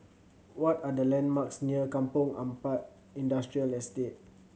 what are the landmarks near Kampong Ampat Industrial Estate